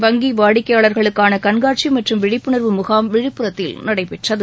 வங்கி வாடிக்கையாளர்களுக்கான கண்காட்சி மற்றும் விழிப்புணர்வு முகாம் விழுப்புரத்தில் நடைபெற்றது